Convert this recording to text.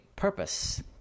purpose